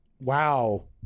wow